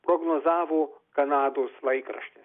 prognozavo kanados laikraštis